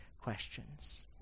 questions